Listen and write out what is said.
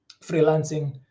freelancing